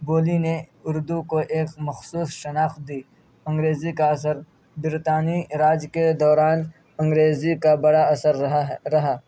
بولی نے اردو کو ایک مخصوص شناخت دی انگریزی کا اثر برطانوی راج کے دوران انگریزی کا بڑا اثر رہا ہے رہا